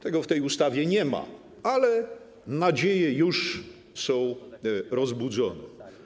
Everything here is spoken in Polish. Tego w tej ustawie nie ma, ale nadzieje już są rozbudzone.